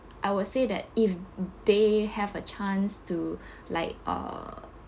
I will say that if they have a chance to like uh